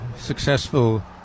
successful